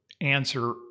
answer